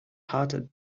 hearted